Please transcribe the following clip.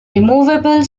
removable